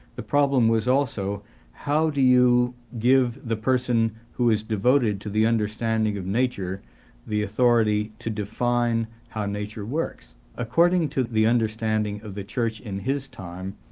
the problem was also how to give the person who is devoted to the understanding of nature the authority to define how nature works. according to the understanding of the church in his time,